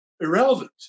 irrelevant